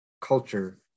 culture